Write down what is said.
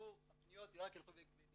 לציבור הפניות רק ילכו ויגדלו,